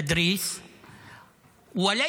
תדריס, ולא